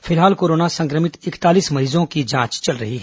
फिलहाल कोरोना संक्रमित इकतालीस मरीजों का इलाज चल रहा है